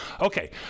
Okay